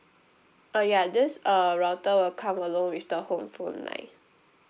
uh ya this uh router will come along with the home phone line